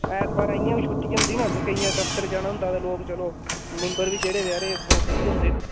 ऐतवार इयां बी छुट्टी होंदी ना ते केइयें दफ्तर जाना होंदा ते लोग चलो मैम्बर बी जेह्ड़े बेचारे ओह् फ्री होंदे ना